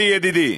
אלי ידידי,